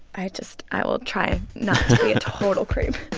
i just i will try not to be a total creep.